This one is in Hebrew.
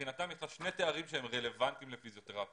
מבחינתם יש לה שני תארים שהם רלוונטיים לפיזיותרפיה,